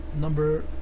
Number